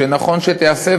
שנכון שתיעשה,